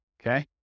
Okay